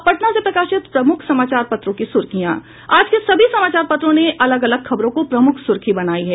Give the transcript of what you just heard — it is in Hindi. अब पटना से प्रकाशित प्रमुख समाचार पत्रों की सुर्खियां आज के सभी समाचार पत्रों ने अलग अलग खबरों को प्रमुख सुर्खी बनायी है